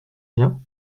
bien